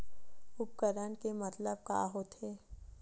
उपकरण के मतलब का होथे?